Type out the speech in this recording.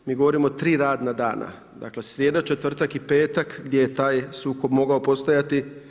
Mi govorimo o tri radna dana, dakle, srijeda, četvrtak i petak gdje je taj sukob mogao postojati.